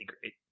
great